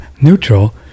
neutral